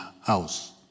house